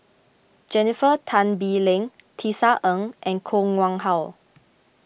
Jennifer Tan Bee Leng Tisa Ng and Koh Nguang How